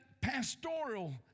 pastoral